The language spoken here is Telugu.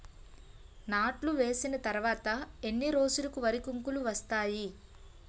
నాట్లు వేసిన తర్వాత ఎన్ని రోజులకు వరి కంకులు వస్తాయి?